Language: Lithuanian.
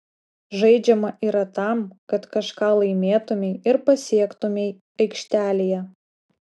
žaidžiama yra tam kad kažką laimėtumei ir pasiektumei aikštelėje